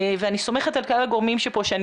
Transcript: ואני סומכת על כלל הגורמים פה שאני